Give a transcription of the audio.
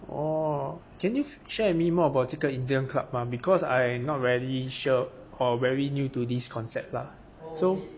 orh can you share with me more about 这个 indian club mah because I not really sure or very new to this concept lah so